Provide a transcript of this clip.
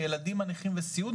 הילדים הנכים וסיעוד,